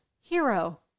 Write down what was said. hero